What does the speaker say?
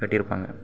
கட்டியிருப்பாங்க